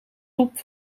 top